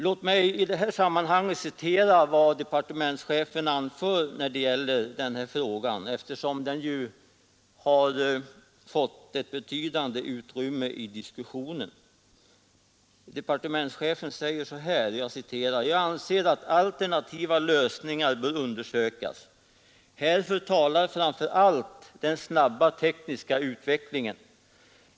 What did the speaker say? Låt mig citera vad departementschefen anför när det gäller den här frågan, eftersom den ju har fått ett betydande utrymme i diskussionen. Departementschefen säger: ”Även jag anser att alternativa lösningar bör undersökas. Härför talar framför allt den snabba tekniska utvecklingen.